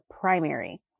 primary